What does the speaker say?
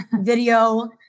video